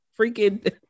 freaking